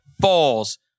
falls